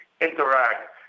interact